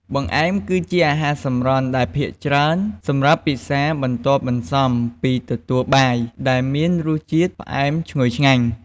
បង្អែម គឺជាអាហារសម្រន់ដែលភាគច្រើន សម្រាប់ពិសាបន្ទាប់បន្សំពីទទួលបាយ ដែលមានរសជាតិផ្អែមឈ្ងុយឆ្ងាញ់។